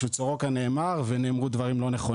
כי נאמרו על סורוקה דברים לא נכונים.